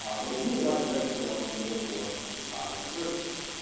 um but, you would like to register the mark linda for photography services.